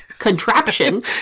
Contraption